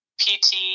PT